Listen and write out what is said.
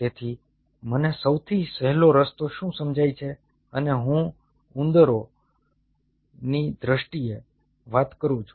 તેથી મને સૌથી સહેલો રસ્તો શું સમજાય છે અને આ હું ઉંદરોની દ્રષ્ટિએ વાત કરું છું